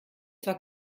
zwar